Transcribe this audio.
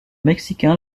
mexicain